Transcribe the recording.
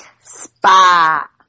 Spa